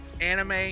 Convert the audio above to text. anime